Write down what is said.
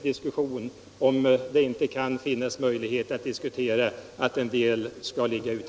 Varför vill ni då inte acceptera förslaget?